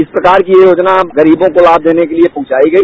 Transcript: इस प्रकार की यह योजना गरीबॉ को लाम देने के लिये पहुंचाई गई